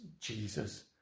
Jesus